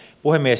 puhemies